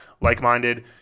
like-minded